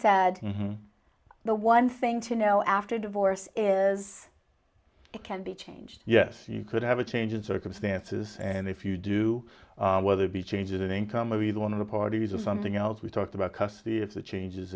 said the one thing to know after divorce is it can be changed yes you could have a change in circumstances and if you do whether be changes in income of either one of the parties or something else we talked about custody if the changes